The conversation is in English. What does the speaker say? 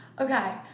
okay